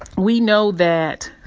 we know that,